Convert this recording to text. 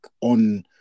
on